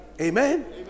Amen